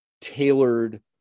tailored